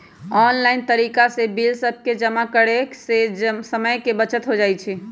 online तरिका से bill सभके जमा करे से समय के बचत हो जाइ छइ